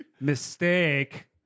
Mistake